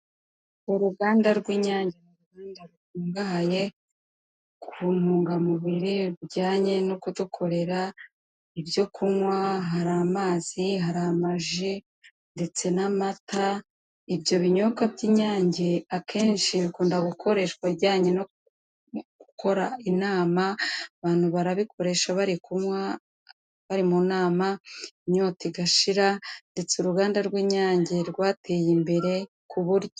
Uruganda rw'inyange ni uruganda rukungahaye ku ntungamubiri, rujyanye no kudukorera ibyo kunywa, hari amazi, hari amaji, ndetse n'amata, ibyo binyobwa by'inyange, akenshi bikunda gukoreshwa mu bijyanye no gukora inama, abantu barabikoresha bari kunywa, bari mu nama, inyota igashira ndetse uruganda rw'inyange rwateye imbere ku buryo